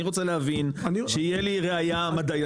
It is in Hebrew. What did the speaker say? אני רוצה להבין שיהיה לי ראייה מדעית,